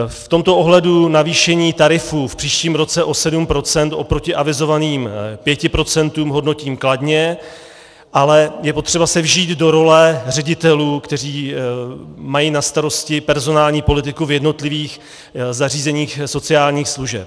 V tomto ohledu navýšení tarifů v příštím roce o 7 % oproti avizovaným 5 % hodnotím kladně, ale je potřeba se vžít do role ředitelů, kteří mají na starosti personální politiku v jednotlivých zařízeních sociálních služeb.